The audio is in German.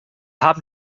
haben